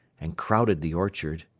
and crowded the orchard,